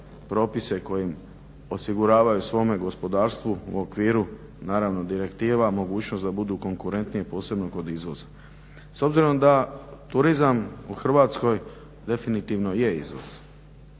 propise kojim osiguravaju svom gospodarstvu u okviru direktiva mogućnost da budu konkurentnije posebno kod izvoza. S obzirom da turizam u Hrvatskoj definitivno je izvoz